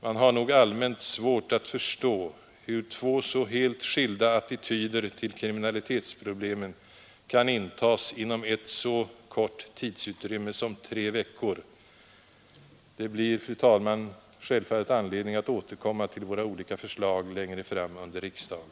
Man har nog allmänt svårt att förstå hur två så helt skilda attityder till kriminalitetsproblemen kan intas inom så kort tidrymd som tre veckor. Det blir, fru talman, självfallet anledning att återkomma till våra olika förslag längre fram under riksdagen.